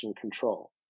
control